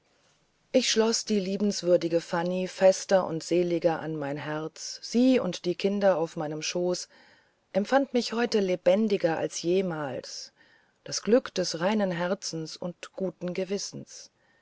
ich schloß die liebenswürdige fanny fester und seliger an mein herz sie und die kinder auf meinem schoß empfand ich heute lebendiger als jemals das glück des reinen herzens und guten gewissens